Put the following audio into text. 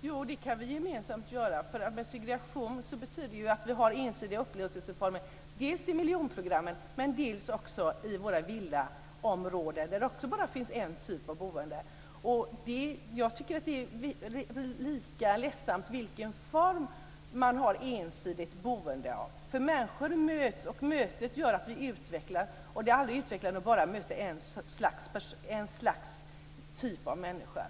Jo, det kan vi gemensamt göra. Segregation betyder att vi har ensidiga upplåtelseformer dels i miljonprogrammen, dels också i våra villaområden där det också bara finns en typ av boende. Jag tycker att det är lika ledsamt oavsett vilken form av ensidigt boende man har. Människor möts, och mötet gör att vi utvecklas. Det är aldrig utvecklande med bara en typ av människor.